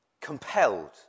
compelled